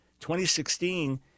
2016